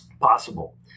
possible